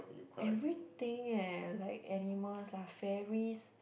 everything eh like animals lah fairies